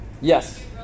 Yes